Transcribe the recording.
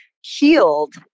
healed